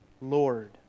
Lord